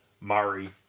Murray